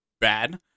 bad